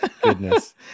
goodness